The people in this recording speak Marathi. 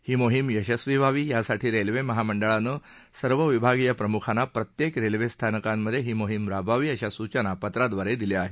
ही मोहीम यशस्वी व्हावी यासाठी रेल्वे महामंडळानं सर्व विभागीय प्रम्खांना प्रत्येक रेल्वे स्थानकांमध्ये ही मोहीम राबवावी अशा सूचना पत्रादवारे दिल्या आहेत